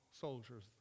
soldiers